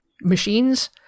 machines